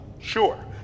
Sure